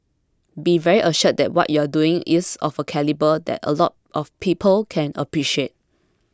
be very assured that what you're doing is of a calibre that a lot of people can appreciate